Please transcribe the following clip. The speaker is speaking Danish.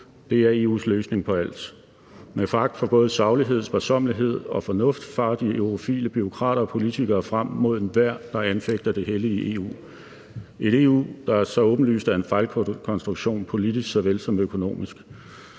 Det er EU's løsning på alt. Med foragt for både saglighed, sparsommelighed og fornuft farer de eurofile bureaukrater og politikere frem mod enhver, der anfægter det hellige EU; et EU, der så åbenlyst er en fejlkonstruktion politisk såvel som økonomisk.